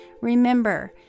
Remember